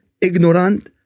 ignorant